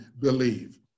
believe